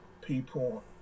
people